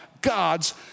God's